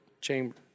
chamber